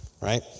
right